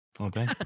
Okay